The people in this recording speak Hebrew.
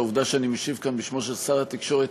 שהעובדה שאני משיב כאן בשמו של שר התקשורת